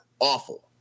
awful